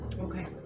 Okay